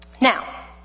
Now